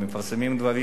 הם מפרסמים דברים,